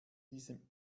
diesem